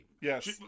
Yes